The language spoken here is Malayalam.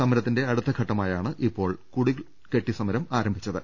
സമരത്തിന്റെ അടുത്ത ഘട്ടമായാണ് ഇപ്പോൾ കുടിൽ കെട്ടി സമരം ആരംഭിച്ചത്